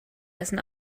dessen